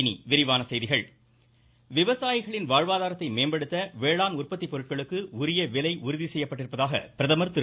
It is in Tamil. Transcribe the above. இனி விரிவான செய்திகள் பிரதமர் விவசாயிகளின் வாழ்வாதாரத்தை மேம்படுத்த வேளாண் உற்பத்தி பொருட்களுக்கு உரிய விலை செய்யப்பட்டிருப்பதாக பிரதமர் உறுதி திரு